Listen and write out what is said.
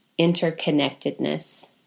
interconnectedness